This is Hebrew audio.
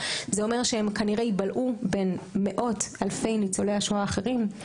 וזה אומר שהם כנראה ייבלעו בין מאות אלפי ניצולי השואה האחרים.